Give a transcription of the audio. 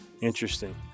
Interesting